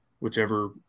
whichever